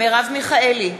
מרב מיכאלי,